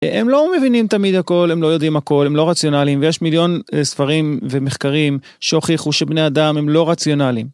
הם לא מבינים תמיד הכל, הם לא יודעים הכל, הם לא רציונליים, ויש מיליון ספרים ומחקרים שהוכיחו שבני אדם הם לא רציונליים.